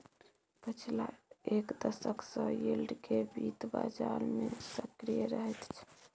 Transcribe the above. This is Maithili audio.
पछिला एक दशक सँ यील्ड केँ बित्त बजार मे सक्रिय रहैत छै